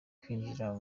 kwinjira